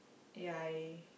ya I